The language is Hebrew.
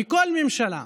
מכל ממשלה.